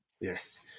Yes